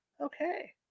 Okay